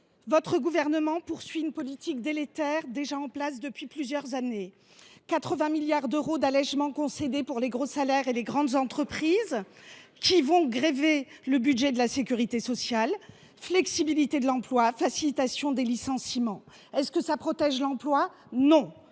Votre gouvernement poursuit la politique délétère déjà en place depuis plusieurs années, avec 80 milliards d’euros d’allégements concédés pour les gros salaires et les grandes entreprises qui vont grever le budget de la sécurité sociale. Flexibilité de l’emploi, facilitation des licenciements : cela protège t il l’emploi ? Non.